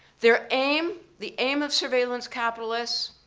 their aim, the aim of surveillance capitalists,